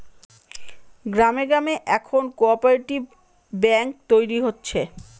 গ্রামে গ্রামে এখন কোঅপ্যারেটিভ ব্যাঙ্ক তৈরী হচ্ছে